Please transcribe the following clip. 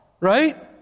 Right